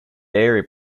dairy